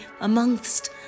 amongst